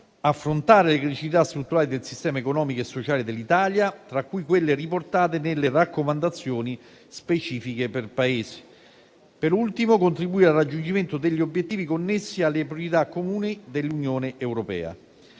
affrontare le criticità strutturali del sistema economico e sociale dell'Italia, tra cui quelle riportate nelle raccomandazioni specifiche per Paese; per ultimo, contribuire al raggiungimento degli obiettivi connessi alle priorità comuni dell'Unione europea.